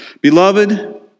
Beloved